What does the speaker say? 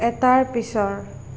এটাৰ পিছৰ